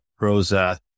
Rosa